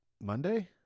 Monday